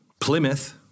Plymouth